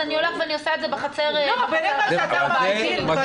אז אני עושה את זה בחצר --- אבל זה מה שקורה.